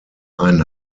ein